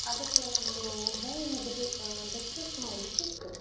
ಅದಕ್ಕೆ ಒಂದು ಹೂವಿನದು ಡೆಕ್ ಡೆಕೊರೇಟ್ ಮಾಡಲಿಕಿತ್ತು